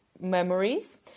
memories